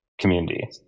community